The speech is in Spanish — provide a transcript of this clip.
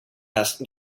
las